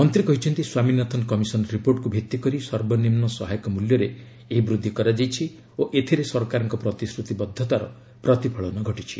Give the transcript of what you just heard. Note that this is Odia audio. ମନ୍ତ୍ରୀ କହିଛନ୍ତି ସ୍ୱାମୀନାଥନ କମିଶନ୍ ରିପୋର୍ଟକୁ ଭିଭି କରି ସର୍ବନିମୁ ସହାୟକ ମୂଲ୍ୟରେ ଏହି ବୃଦ୍ଧି କରାଯାଇଛି ଓ ଏଥିରେ ସରକାରଙ୍କ ପ୍ରତିଶ୍ରତିବଦ୍ଧତାର ପ୍ରତିଫଳନ ହୋଇଛି